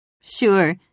sure